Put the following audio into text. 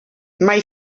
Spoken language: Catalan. mai